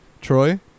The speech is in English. Troy